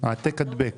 ""מקדם מענק סיוע"